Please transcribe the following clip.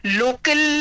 local